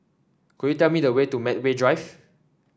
could you tell me the way to Medway Drive